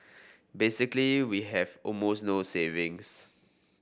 basically we have almost no savings